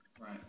Right